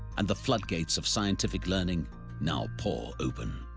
and the floodgates of scientific learning now pour open.